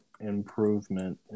improvement